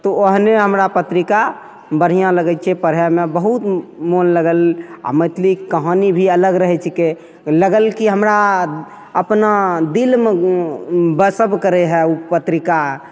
तऽ ओहने हमरा पत्रिका बढ़िऑं लगै छै पढ़ैमे बहुत मोन लगल आ मैथिली कहानी भी अलग रहै छीकै लागल की हमरा अपना दिलमे बसब करै है ओ पत्रिका